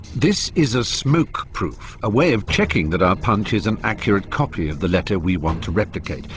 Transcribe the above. this is a smoke proof, a way of checking that our punch is an accurate copy of the letter we want to replicate.